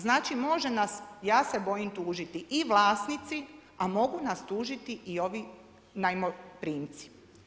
Znači može nas, ja se bojim, tužiti i vlasnici, a mogu nas tužiti i ovi najmoprimci.